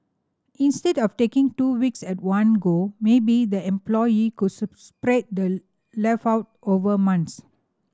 instead of taking two weeks at one go maybe the employee could spread the leave out over months